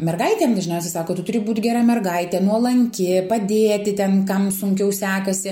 mergaitėm dažniausiai sako tu turi būt gera mergaitė nuolanki padėti ten kam sunkiau sekasi